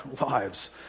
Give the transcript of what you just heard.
lives